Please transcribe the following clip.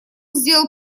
сделал